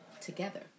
together